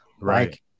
Right